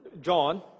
John